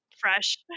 fresh